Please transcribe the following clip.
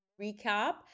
recap